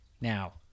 Now